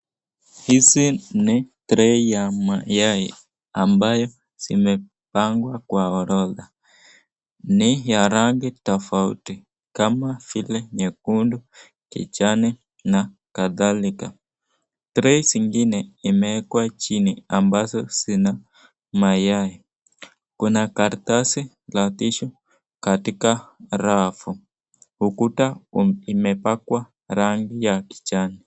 Hizi ni trei ya mayai ambayo zimepangwa kwa horodha. Ni ya rangi tofauti kama vile nyekundu, kijani na kadhalika. Trei zingine imewekwa chini ambazo zina mayai. Kuna karatasi la tishu katika rafu . Ukuta imepakwa rangi ya kijani.